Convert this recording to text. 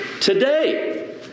today